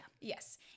Yes